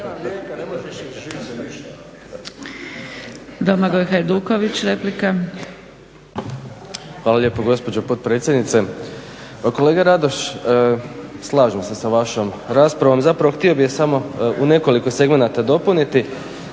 Hvala lijepo gospođo potpredsjednice. Kolega Radoš, slažem se sa vašom raspravom, zapravo htio bih je samo u nekoliko segmenata dopuniti.